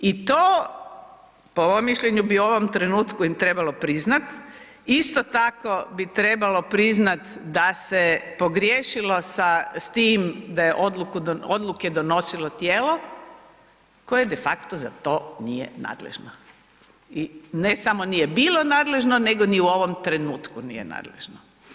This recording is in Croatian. I to po mom mišljenju bi u ovom trenutku trebalo priznati, isto tako bi trebalo priznat da se pogriješilo sa, s tim da je odluke donosilo tijelo koje de facto za to nije nadležno i ne samo nije bilo nadležno nego ni u ovom trenutku nije nadležno.